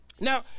Now